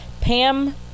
Pam